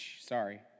Sorry